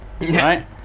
right